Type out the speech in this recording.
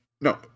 No